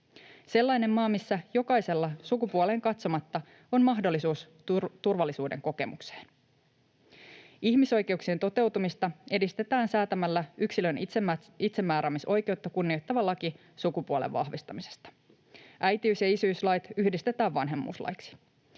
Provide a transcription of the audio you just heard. sellainen maa, missä jokaisella sukupuoleen katsomatta on mahdollisuus turvallisuuden kokemukseen. Ihmisoikeuksien toteutumista edistetään säätämällä yksilön itsemääräämisoikeutta kunnioittava laki sukupuolen vahvistamisesta. Äitiys‑ ja isyyslait yhdistetään vanhemmuuslaiksi.